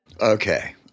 Okay